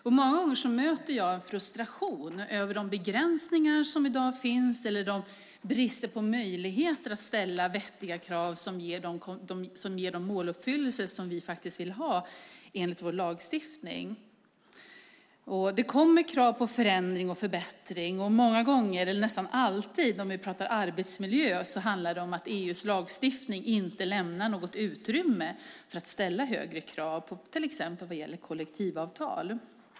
Ofta möter jag en frustration över de begränsningar som i dag finns eller de brister på möjligheter att ställa vettiga krav som ger den måluppfyllelse som vi faktiskt vill ha enligt vår lagstiftning. Det kommer krav på förändring och förbättring. Nästan alltid, om vi pratar arbetsmiljö, handlar det om att EU:s lagstiftning inte lämnar något utrymme för att ställa högre krav, till exempel vad gäller kollektivavtal.